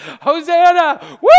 Hosanna